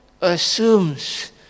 assumes